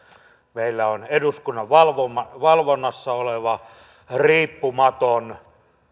meillä on eduskunnan valvonnassa oleva riippumaton